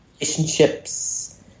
Relationships